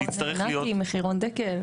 מחירון דקל,